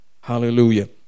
Hallelujah